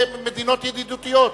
אלה מדינות ידידותיות.